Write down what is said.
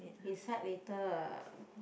decide later